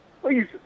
Please